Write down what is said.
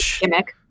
gimmick